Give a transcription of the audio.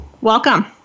Welcome